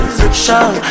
Fiction